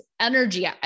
energy